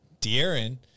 De'Aaron